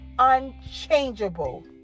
unchangeable